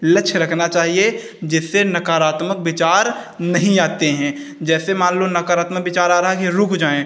लक्ष्य रखना चाहिए जिससे नकारात्मक विचार नहीं आते हैं जैसे मान लो नकारात्मक विचार आ रहा है रुक जाए